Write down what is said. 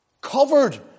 Covered